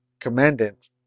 commandant